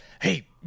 Hey